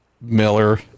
Miller